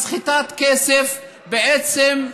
מסחטת כסף, בעצם,